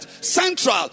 Central